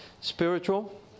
Spiritual